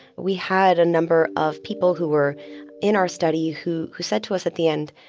we had a number of people who were in our study who who said to us at the end,